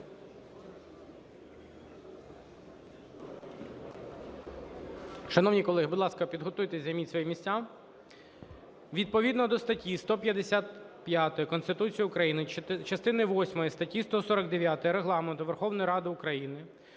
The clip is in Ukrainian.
Шановні колеги, будь ласка, підготуйтесь, займіть свої місця. Відповідно до статті 155 Конституції України, частини восьмої статті 149 Регламенту Верховної Ради України